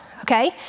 Okay